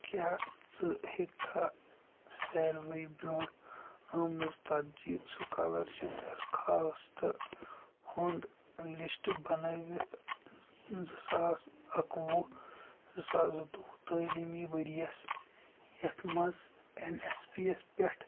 کیٛاہ ژٕ ہیٚکہِ کھا ساروٕے برٛۄنٛہہ آمٕژ سِکالرشِپ درخوٛاست ہنٛد لِسٹ بَنأیَتھ زٕ ساس اَکوُہ زٕ ساس زٕتووُہ تعلیٖمی ؤری یَس یتھ منٛز ایٚن ایٚس پی یَس پٮ۪ٹھ